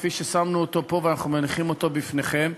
כפי ששמנו אותו פה ואנחנו מניחים אותו בפניכם.